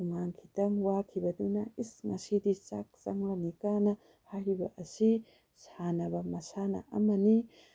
ꯍꯨꯃꯥꯡ ꯈꯤꯇꯪ ꯋꯥꯈꯤꯕꯗꯨꯅ ꯏꯁ ꯉꯁꯤꯗꯤ ꯆꯥꯛ ꯆꯪꯂꯅꯤꯀꯥꯅ ꯍꯥꯏꯔꯤꯕ ꯑꯁꯤ ꯁꯥꯟꯅꯕ ꯃꯁꯥꯟꯅ ꯑꯃꯅꯤ